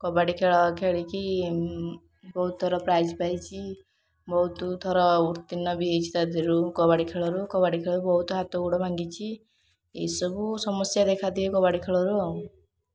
କବାଡ଼ି ଖେଳ ଖେଳିକି ବହୁତ ଥର ପ୍ରାଇଜ୍ ପାଇଛି ବହୁତ ଥର ଉତୀର୍ଣ୍ଣ ବି ହୋଇଛି ତା ଦିହରୁ କବାଡ଼ି ଖେଳରୁ କବାଡ଼ି ଖେଳ ବହୁତ ହାତ ଗୋଡ଼ ଭାଙ୍ଗିଛି ଏଇ ସବୁ ସମସ୍ୟା ଦେଖାଦିଏ କବାଡ଼ି ଖେଳରୁ ଆଉ